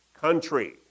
country